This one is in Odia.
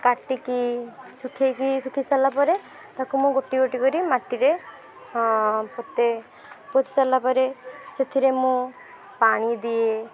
କାଟିକି ଶୁଖେଇକି ଶୁଖେଇ ସାରିଲା ପରେ ତାକୁ ମୁଁ ଗୋଟି ଗୋଟି କରି ମାଟିରେ ପୋତେ ପୋତି ସାରିଲା ପରେ ସେଥିରେ ମୁଁ ପାଣି ଦିଏ